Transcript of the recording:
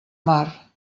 mar